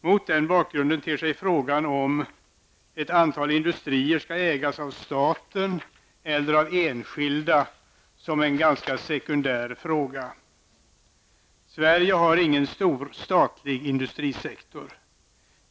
Mot den bakgrunden ter sig frågan om huruvida ett antal industrier skall ägas av staten eller av enskilda som en sekundär fråga. Sverige har ingen stor statlig industrisektor.